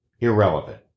irrelevant